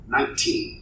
Nineteen